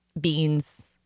beans